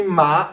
ma